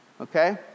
okay